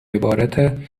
عبارت